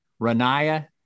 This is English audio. Rania